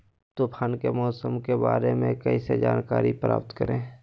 तूफान के मौसम के बारे में कैसे जानकारी प्राप्त करें?